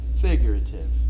figurative